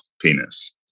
penis